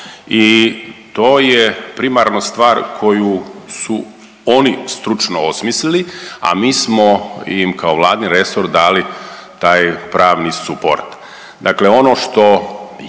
i to je primarno stvar koju su oni stručno osmislili, a mi smo im kao Vladin resor dali taj pravni suport.